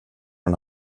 den